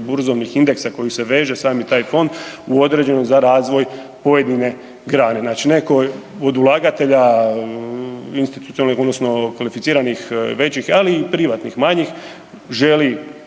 burzovnih indeksa koji se veže sami taj fond u određeni za razvoj pojedine grane. Znači netko od ulagatelja institucionalnih odnosno kvalificiranih, većih, ali i privatnih, manjih želi